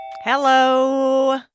Hello